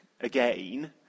again